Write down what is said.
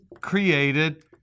created